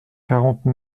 quarante